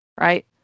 right